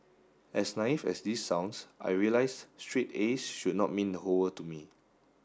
as naive as this sounds I realised straight A S should not mean the whole world to me